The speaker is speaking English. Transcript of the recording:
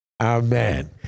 Amen